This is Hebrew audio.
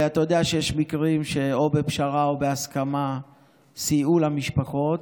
אתה יודע שיש מקרים שבהם סייעו למשפחות,